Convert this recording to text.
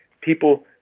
people